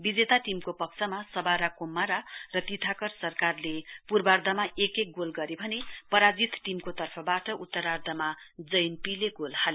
विजेता टीमको पक्षमा सबारा कोम्मारा र तीथाकर सरकारले पूर्वार्धमा एक एक गोल गरे भने पराजित टीमको तर्फबाट उत्तर्राधमा जैत पी ले गोल हाले